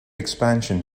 expansion